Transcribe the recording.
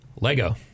Lego